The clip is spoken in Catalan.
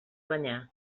banyar